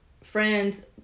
friends